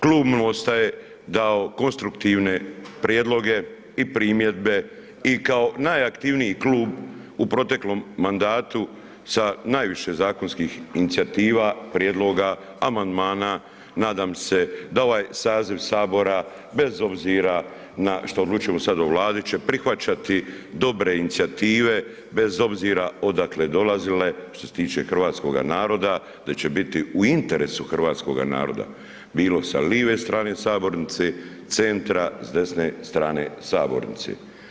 Klub Mosta je dao konstruktivne prijedloge i primjedbe i kao najaktivniji klub u proteklom mandatu sa najviše zakonskih inicijativa, prijedloga, amandmana nadam se da ovaj saziv Sabora bez obzira što odlučujemo sad o Vladi će prihvaćati dobre inicijative bez obzira odakle dolazile što se tiče hrvatskoga naroda, da će biti u interesu hrvatskog naroda, bilo sa lijeve strane sabornice, centra, s desne strane sabornice.